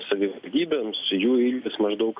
savivaldybėms jų ilgis maždaug